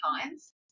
times